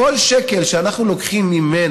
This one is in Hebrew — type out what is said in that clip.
כל שקל שאנחנו לוקחים מהם,